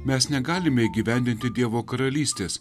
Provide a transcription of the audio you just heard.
mes negalime įgyvendinti dievo karalystės